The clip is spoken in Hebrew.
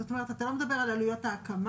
זאת אומרת אתה לא מדבר על עלויות ההקמה,